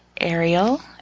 Ariel